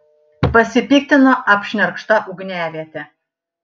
pasipiktino apšnerkšta ugniaviete